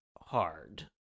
hard